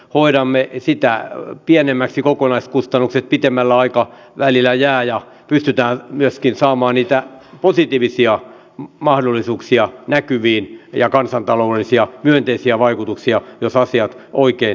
ohjaamme etsitään pienemmäksi kokonaiskustannukset pitemmälläaikaa välillä jää ja pystytään myöskin saamaan niitä positiivisia mahdollisuuksia näkyviin ja kansantaloudellisia myönteisiä vaikutuksia jos asia oikein